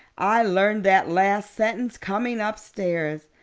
i learned that last sentence coming upstairs.